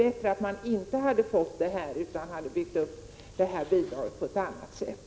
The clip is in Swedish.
Därför hade det kanske varit bättre om bidraget utformats på ett annat sätt.